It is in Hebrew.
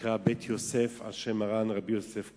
שנקרא "בית יוסף", על שם מרן רבי יוסף קארו,